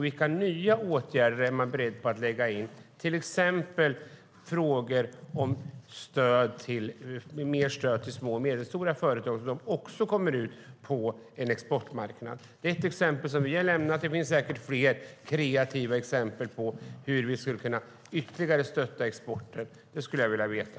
Vilka nya åtgärder är man beredd att lägga in, till exempel frågan om mer stöd till små och medelstora företag så att också de kommer ut på en exportmarknad? Vi har lämnat ett exempel, och det finns säkert fler kreativa exempel på hur vi skulle kunna stötta exporten ytterligare. Det skulle jag vilja veta.